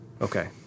Okay